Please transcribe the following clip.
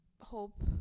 hope